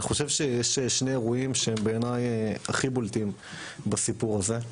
אני חושב שיש אירועים שהם בעיניי הכי בולטים בסיפור הזה.